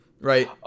right